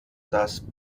das